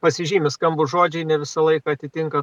pasižymi skambūs žodžiai ne visą laiką atitinka